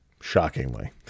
Shockingly